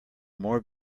more